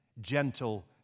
gentle